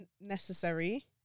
necessary